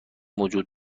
وجود